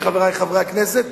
חברי חברי הכנסת,